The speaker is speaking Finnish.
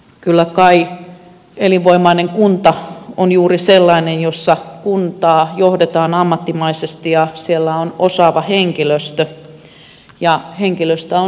kyllä kai elinvoimainen kunta on juuri sellainen jota johdetaan ammattimaisesti jossa on osaava henkilöstö ja jossa henkilöstöä on saatavissa